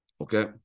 okay